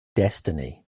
destiny